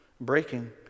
Breaking